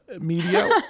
media